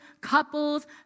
couples